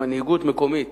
מנהיגות מקומית